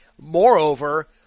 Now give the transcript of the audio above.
Moreover